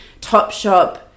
Topshop